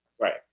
Right